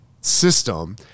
system